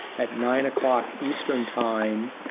at nine o'clock eastern time,